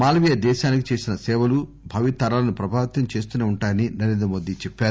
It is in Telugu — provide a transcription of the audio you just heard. మాలవ్య దేశానికి చేసిన సేవలు భావితరాలను ప్రభావితం చేస్తూసే ఉంటాయని నరేంద్రమోదీ చెప్పారు